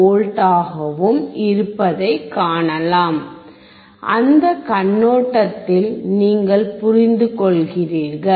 12V ஆகவும் இருப்பதை காணலாம் அந்தக் கண்ணோட்டத்தில் நீங்கள் புரிந்துகொள்கிறீர்கள்